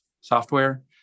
software